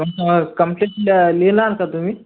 कंप कंप्लेन लिहिणार का तुम्ही